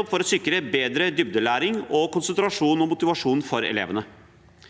for å sikre bedre dybdelæring, konsentrasjon og motivasjon for elevene.